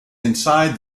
inside